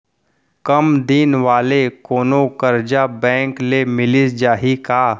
कम दिन वाले कोनो करजा बैंक ले मिलिस जाही का?